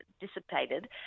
dissipated